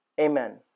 Amen